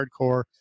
hardcore